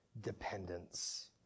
dependence